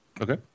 Okay